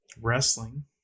Wrestling